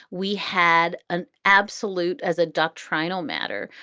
we had an absolute, as a doctrinal matter,